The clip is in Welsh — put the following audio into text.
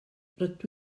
rydw